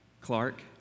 Clark